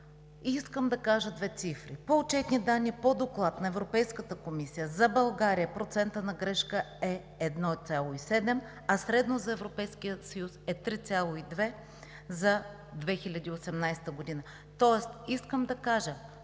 искам да кажа две цифри. По отчетни данни по доклад на Европейската комисия за България процентът на грешка е 1,7, а средно за Европейския съюз е 3,2 за 2018 г. Тоест искам да кажа,